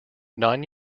nine